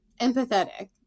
empathetic